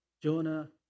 Jonah